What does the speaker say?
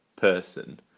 person